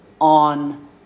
on